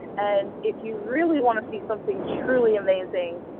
and if you really want to see something truly amazing,